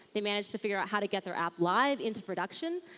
they managed to figure out how to get their app live into production.